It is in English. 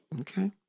Okay